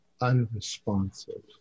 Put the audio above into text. unresponsive